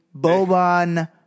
Boban